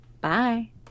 Bye